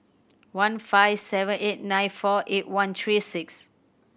one five seven eight nine four eight one three six